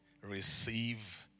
receive